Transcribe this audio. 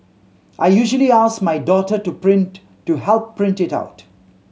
I usually ask my daughter to print to help print it out